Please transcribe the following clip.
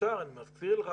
כאשר אני מזכיר לך,